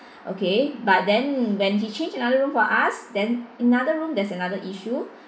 okay but then when he change another room for us then another room there's another issue